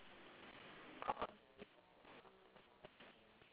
okay wait but I got a question what products do you use now